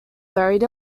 buried